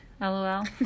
LOL